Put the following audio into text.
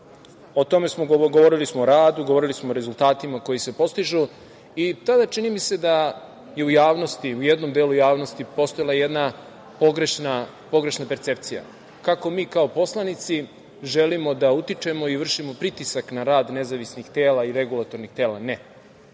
naroda. Govorili smo o radu, govorili smo o rezultatima koji se postižu i čini mi se da je u javnosti, u jednom delu javnosti postojala jedna pogrešna percepcija kako mi kao poslanici želimo da utičemo i vršimo pritisak na rad nezavisnih tela i regulatornih tela. Ne,